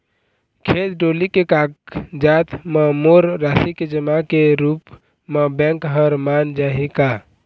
खेत डोली के कागजात म मोर राशि के जमा के रूप म बैंक हर मान जाही का?